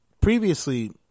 previously